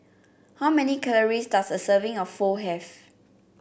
how many calories does a serving of Pho have